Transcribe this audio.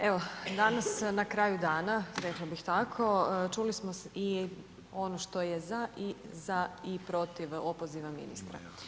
Evo danas na kraju dana, rekla bih tako, čuli smo i ono što je za i protiv opoziva ministra.